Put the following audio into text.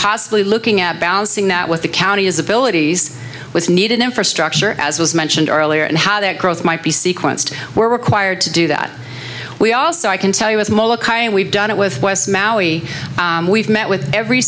possibly looking at balancing that with the county is abilities with needed infrastructure as was mentioned earlier and how that growth might be sequenced we're required to do that we also i can tell you as we've done it with west maui we've met with every